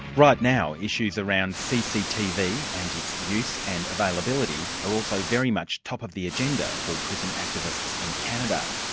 right now, issues around cctv and its use and availability are also very much top of the agenda for prison activists in canada.